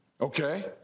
Okay